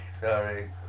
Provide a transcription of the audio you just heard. Sorry